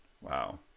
Wow